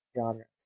genres